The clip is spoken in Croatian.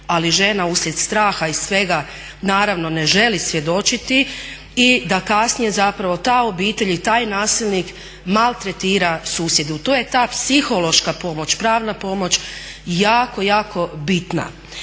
ali žena uslijed straha i svega naravno ne želi svjedočiti i da kasnije zapravo ta obitelj i taj nasilnik maltretira susjedu. Tu je ta psihološka pomoć, pravna pomoć jako, jako bitna.